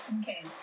Okay